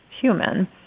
human